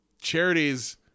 charities